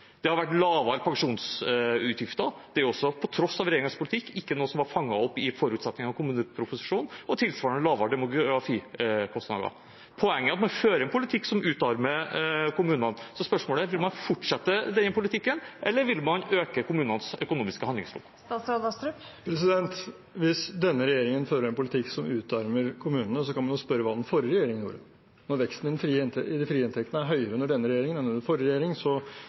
Det har vært lavere pensjonsutgifter – også på tross av regjeringens politikk, det er ikke noe som var fanget opp i forutsetningene i kommuneproposisjonen – og tilsvarende lavere demografikostnader. Poenget er at man fører en politikk som utarmer kommunene. Så spørsmålet er: Vil man fortsette denne politikken, eller vil man øke kommunenes økonomiske handlingsrom? Hvis denne regjeringen fører en politikk som utarmer kommunene, kan man spørre hva den forrige regjeringen gjorde. Når veksten i de frie inntektene er høyere under denne regjeringen enn under forrige regjering, synes det som om representanten Sivertsens kritikk faller på sin egen urimelighet. Så